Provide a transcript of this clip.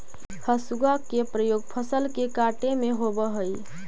हसुआ के प्रयोग फसल के काटे में होवऽ हई